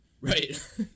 Right